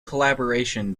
collaboration